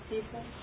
people